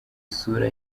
isura